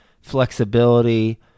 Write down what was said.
flexibility